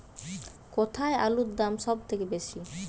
কোথায় আলুর দাম সবথেকে বেশি?